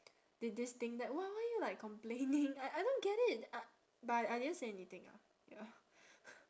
thi~ this thing that why why are you like complaining I I don't get it uh but I didn't say anything ah ya